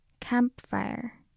Campfire